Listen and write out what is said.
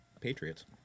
Patriots